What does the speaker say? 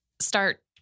start